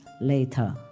later